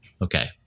Okay